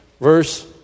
verse